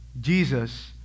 Jesus